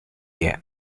year